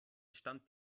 stand